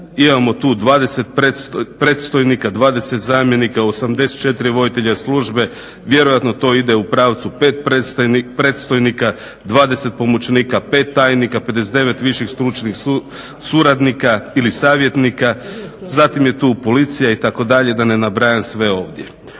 imamo tu 20 predstojnika, 20 zamjenika, 84 voditelja službe. Vjerojatno to ide u pravcu 5 predstojnika, 20 pomoćnika, 5 tajnika, 59 viših stručnih suradnika ili savjetnika. Zatim je tu Policija itd., da ne nabrajam sve ovdje.